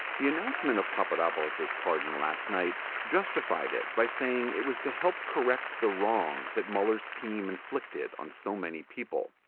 the announcement of papadopoulos' pardon last night justified it by saying it was to help correct the wrong that mueller's team inflicted on so many people.